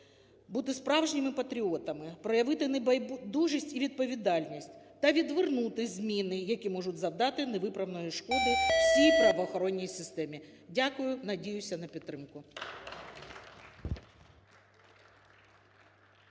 бути справжніми патріотами, проявити небайдужість і відповідальність та відвернути зміни, які можуть завдати невиправної шкоди всій правоохоронній системі. Дякую. Надіюся на підтримку.